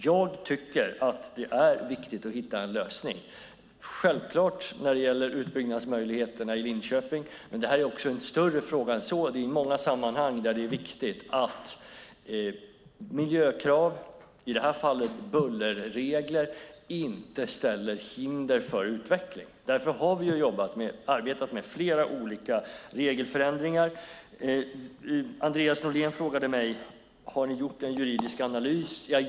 Jag tycker att det är viktigt att hitta en lösning när det gäller utbyggnadsmöjligheterna i Linköping, men det här är också en större fråga än så. I många sammanhang är det viktigt att miljökrav, i det här fallet bullerregler, inte sätter upp hinder för utveckling. Därför har vi arbetat med flera olika regelförändringar. Andreas Norlén frågade mig om vi har gjort en juridisk analys.